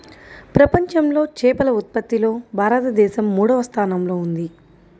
ప్రపంచంలో చేపల ఉత్పత్తిలో భారతదేశం మూడవ స్థానంలో ఉంది